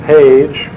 Page